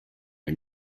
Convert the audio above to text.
are